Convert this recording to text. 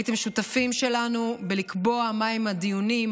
הייתם שותפים שלנו בלקבוע מהם הדיונים,